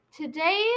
today